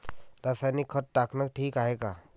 रासायनिक खत टाकनं ठीक हाये का?